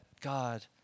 God